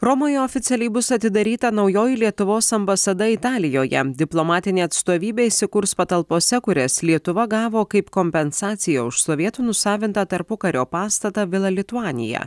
romoje oficialiai bus atidaryta naujoji lietuvos ambasada italijoje diplomatinė atstovybė įsikurs patalpose kurias lietuva gavo kaip kompensaciją už sovietų nusavintą tarpukario pastatą vila lituanija